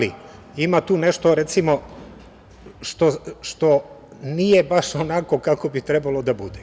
Ima tu nešto, recimo što nije baš onako kako bi trebalo da bude.